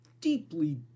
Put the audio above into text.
deeply